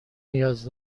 نیاز